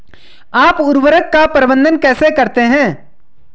आप उर्वरक का प्रबंधन कैसे करते हैं?